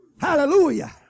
Hallelujah